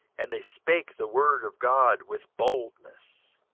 and they spake the word of god with boldness.